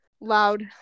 loud